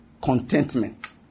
contentment